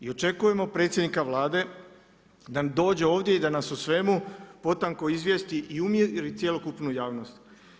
I očekujemo predsjednika Vlada da nam dođe ovdje i da nas o svemu potanko izvijesti i umiri cjelokupnu javnost.